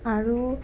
আৰু